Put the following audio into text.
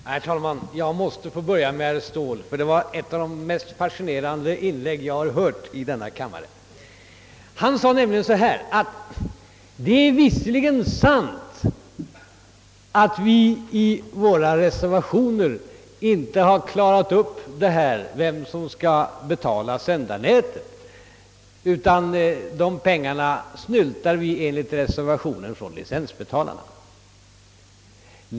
Herr talman! Jag måste få börja med att svara herr Ståhl, ty hans inlägg var ett av de mest fascinerande som jag har hört i denna kammare. Han sade nämligen ungefär så här att »det är visserligen sant att vi i våra reservationer inte har klarat upp vem som skall betala sändarnätet, utan de pengarna snyltar vi enligt reservationen från licensbetalarna».